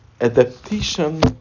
adaptation